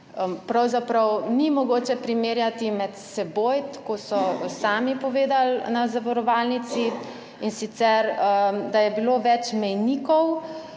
pravzaprav ni mogoče primerjati med seboj, tako so sami povedali na zavarovalnici, in sicer, da je bilo več mejnikov.